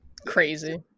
crazy